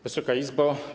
Wysoka Izbo!